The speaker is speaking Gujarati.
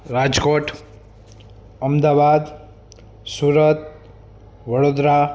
રાજકોટ અમદાવાદ સુરત વડોદરા